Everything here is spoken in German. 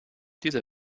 dieser